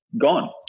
gone